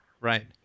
Right